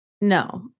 no